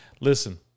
Listen